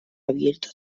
abierto